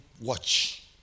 watch